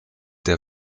der